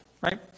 right